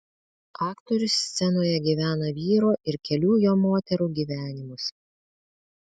aktorius scenoje gyvena vyro ir kelių jo moterų gyvenimus